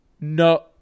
No